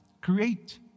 Create